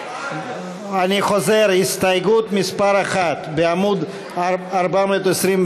אני חוזר: הסתייגות מס' 1 בעמוד 426,